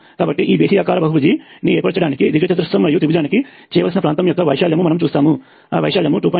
కాబట్టి ఈ బేసి ఆకార బహుభుజిని ఏర్పరచడానికి దీర్ఘచతురస్రం మరియు త్రిభుజానికి చేయవలసిన ప్రాంతము యొక్క వైశాల్యము మనము చూస్తాము ఆ వైశాల్యము 2